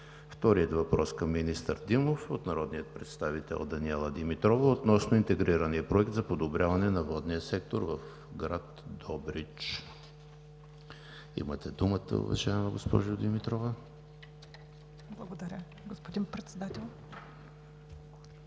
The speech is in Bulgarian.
Вторият въпрос към министър Димов е от народния представител Даниела Димитрова относно Интегрирания проект за подобряване на водния сектор в град Добрич. Имате думата, уважаема госпожо Димитрова. ДАНИЕЛА ДИМИТРОВА (ГЕРБ): Благодаря, господин Председател.